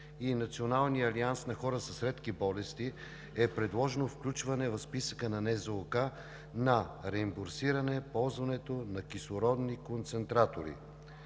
и Националния алианс на хора с редки болести е предложено включване в списъка на НЗОК на реимбурсиране – ползването на кислородни концентратори.